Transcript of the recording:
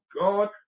God